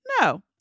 No